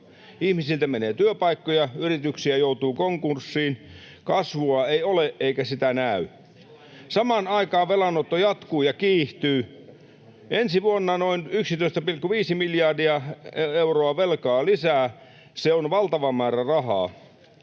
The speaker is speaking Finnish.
Ihmisiltä menee työpaikkoja, yrityksiä joutuu konkurssiin. Kasvua ei ole, eikä sitä näy. Samaan aikaan velanotto jatkuu ja kiihtyy — ensi vuonna noin 11,5 miljardia euroa velkaa lisää. Se on valtava määrä rahaa.